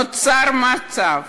נוצר מצב